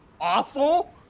awful